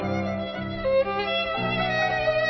saksordføreren var inne